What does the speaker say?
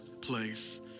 place